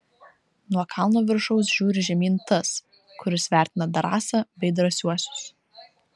nuo kalno viršaus žiūri žemyn tas kuris vertina drąsą bei drąsiuosius